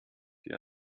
die